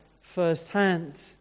firsthand